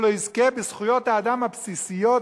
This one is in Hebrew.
שלא יזכה בזכויות האדם הבסיסיות,